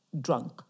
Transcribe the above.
drunk